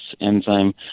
enzyme